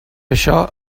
això